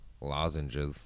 lozenges